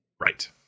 Right